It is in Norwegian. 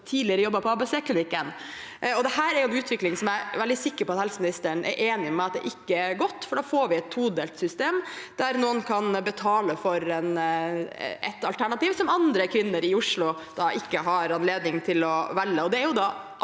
tidligere jobbet på ABCklinikken. Dette er en utvikling som jeg er sikker på at helseministeren er enig med meg i at ikke er god. Da får vi et todelt system der noen kan betale for et alternativ som andre kvinner i Oslo ikke har anledning til å velge.